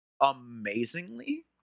amazingly